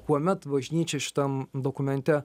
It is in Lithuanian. kuomet bažnyčia šitam dokumente